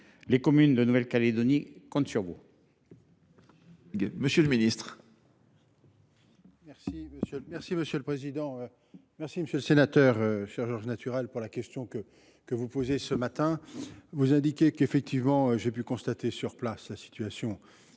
Les communes de Nouvelle Calédonie comptent sur vous